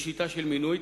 לשיטה של מינוי,